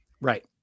Right